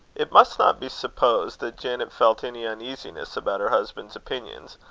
it must not be supposed that janet felt any uneasiness about her husband's opinions,